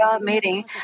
meeting